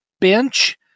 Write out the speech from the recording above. bench